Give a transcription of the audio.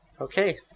Okay